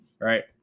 Right